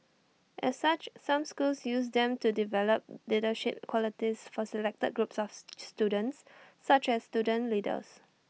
as such some schools use them to develop leadership qualities for selected groups of students such as student leaders